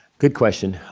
good question.